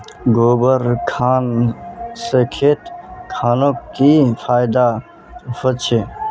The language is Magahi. गोबर खान से खेत खानोक की फायदा होछै?